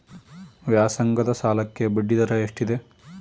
ವ್ಯಾಸಂಗದ ಸಾಲಕ್ಕೆ ಬಡ್ಡಿ ದರ ಎಷ್ಟಿದೆ?